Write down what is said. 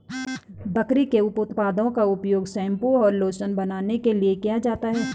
बकरी के उप उत्पादों का उपयोग शैंपू और लोशन बनाने के लिए किया जाता है